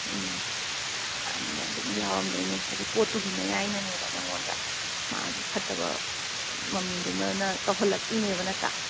ꯎꯝ ꯑꯗꯨꯅꯦ ꯑꯗꯨꯝ ꯌꯥꯎꯔꯝꯗꯣꯏꯅꯤ ꯍꯥꯏꯗꯤ ꯄꯣꯠꯇꯨꯒꯤ ꯃꯌꯥꯏꯅꯅꯦꯕ ꯅꯪꯉꯣꯟꯗ ꯃꯥꯒꯤ ꯐꯠꯇꯕ ꯃꯃꯤꯗꯨ ꯑꯃꯅ ꯇꯧꯍꯜꯂꯛꯂꯤꯅꯦꯕ ꯅꯠꯇ꯭ꯔꯥ